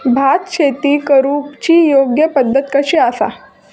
भात शेती करुची योग्य पद्धत कशी आसा?